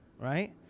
right